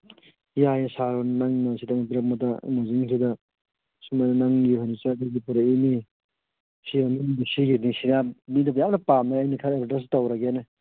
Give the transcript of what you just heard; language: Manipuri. ꯌꯥꯏꯌꯦ ꯁꯥꯔꯣ ꯅꯪꯅ ꯅꯪ ꯁꯨꯃꯥꯏꯅ ꯅꯪꯒꯤ ꯐꯔꯅꯤꯆꯔꯗꯨꯗꯤ ꯄꯨꯔꯛꯏꯃꯤ ꯌꯥꯝꯅ ꯄꯥꯝꯅꯩ ꯑꯩꯅ ꯈꯔ ꯇꯧꯔꯒꯦꯅꯦ